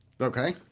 Okay